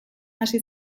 hasi